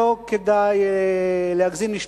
אל תגיד "מקופלת" סתם.